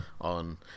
on